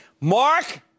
Mark